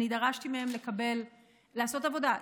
אני דרשתי מהם לעשות עבודה.